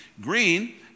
Green